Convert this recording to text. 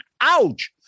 Ouch